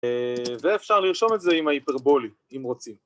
ואפשר לרשום את זה עם ההיפרבולי, אם רוצים.